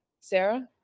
sarah